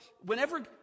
whenever